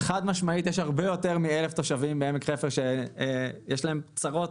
חד משמעית יש הרבה יותר מ-1,000 תושבים בעמק חפר שיש להם צרות.